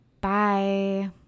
Bye